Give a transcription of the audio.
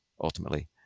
ultimately